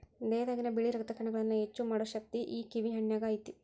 ದೇಹದಾಗಿನ ಬಿಳಿ ರಕ್ತ ಕಣಗಳನ್ನಾ ಹೆಚ್ಚು ಮಾಡು ಶಕ್ತಿ ಈ ಕಿವಿ ಹಣ್ಣಿನ್ಯಾಗ ಐತಿ